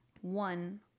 one